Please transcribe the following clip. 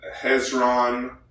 Hezron